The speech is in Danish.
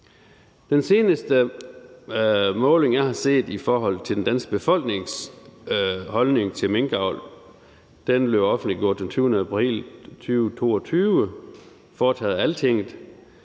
Den seneste måling, jeg har set, af den danske befolknings holdning til minkavl blev offentliggjort den 20. april 2022 og var foretaget af Altinget.